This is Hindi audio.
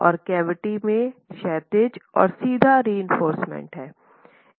और कैविटी में क्षैतिज और सीधा रएंफोर्रसमेंट है